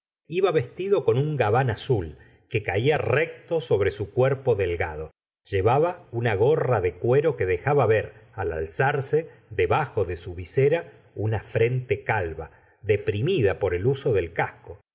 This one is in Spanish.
iba vestido con un gabán azul que cala recto sobre su cuerpo delgado llevaba una gorra de cuero que dejaba ver al alzarse debajo de su visera una frente calva deprimida por el uso del casco